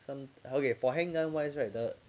some okay for handgun wise right the